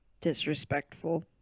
Disrespectful